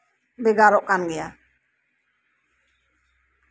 ᱵᱷᱮᱜᱟᱨᱚᱜ ᱠᱟᱱ ᱜᱮᱭᱟ